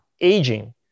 aging